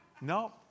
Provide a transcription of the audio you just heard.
No